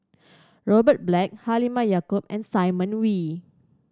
Robert Black Halimah Yacob and Simon Wee